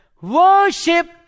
worship